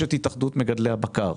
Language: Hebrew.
יש את התאחדות מגדלי הבקר.